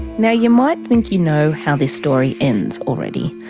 now you might think you know how this story ends already.